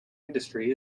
industry